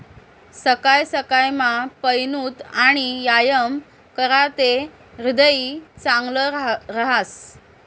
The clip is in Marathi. सकाय सकायमा पयनूत आणि यायाम कराते ह्रीदय चांगलं रहास